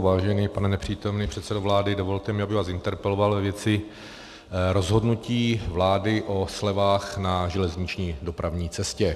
Vážený pane nepřítomný předsedo vlády, dovolte mi, abych vás interpeloval ve věci rozhodnutí vlády o slevách na železniční dopravní cestě.